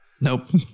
Nope